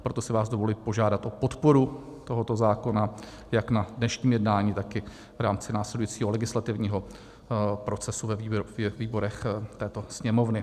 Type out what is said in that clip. Proto si vás dovoluji požádat o podporu tohoto zákona jak na dnešním jednání, tak i v rámci následujícího legislativního procesu ve výborech této Sněmovny.